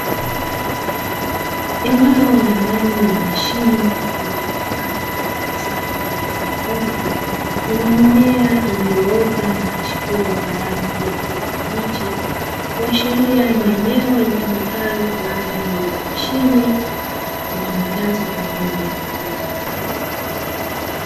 Eneo la ndani la mashine iliyogawanywa katika safu zilizonyooka, zenye mimea iliyoota na kuchipua kwa rangi ya kijani kibichi, kuashiria ni eneo litumikalo kwa ajili ya mashine zitumikazo kwa ajili ya kilimo.